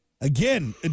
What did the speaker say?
Again